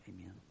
Amen